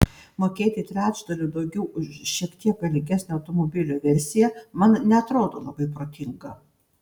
mokėti trečdaliu daugiau už šiek tiek galingesnę automobilio versiją man neatrodo labai protinga